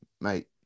mate